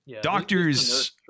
Doctors